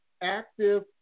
active